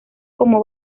como